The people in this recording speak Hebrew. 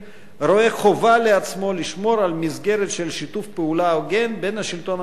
רואה חובה לעצמו לשמור על מסגרת של שיתוף פעולה הוגן בין השלטון המרכזי